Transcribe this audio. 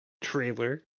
trailer